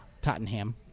Tottenham